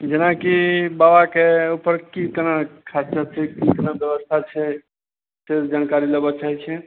जेनाकि बाबाके ऊपर की केना खासियत छै की केना बेवस्था छै से जानकारी लेबऽ चाहैत छियै